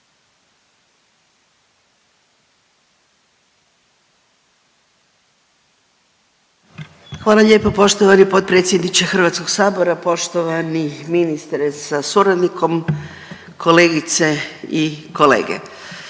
Hvala lijepo poštovani potpredsjedniče HS-a, poštovani ministre sa suradnikom, kolegice i kolege.